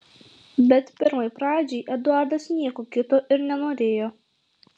bet pirmai pradžiai eduardas nieko kito ir nenorėjo